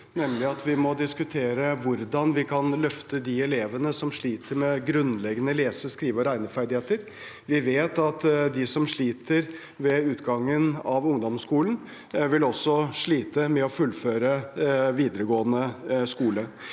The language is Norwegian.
vi må diskutere hvordan vi kan løfte de elevene som sliter med grunnleggende lese-, skrive- og regneferdigheter. Vi vet at de som sliter ved utgangen av ungdomsskolen, også vil slite med å fullføre videregående skole.